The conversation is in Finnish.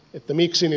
että miksi ne